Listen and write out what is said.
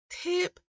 tip